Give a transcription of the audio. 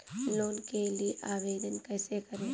Loan के लिए आवेदन कैसे करें?